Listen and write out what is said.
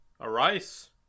Arise